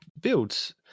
builds